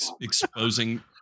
exposing